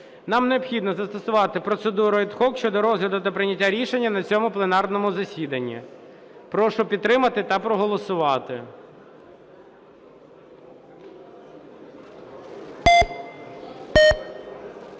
Нам необхідно застосувати процедуру ad hoc щодо розгляду та прийняття рішення на цьому пленарному засіданні. Прошу підтримати та проголосувати.